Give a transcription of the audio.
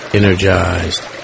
energized